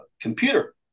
computer